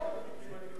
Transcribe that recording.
מהצד הזה,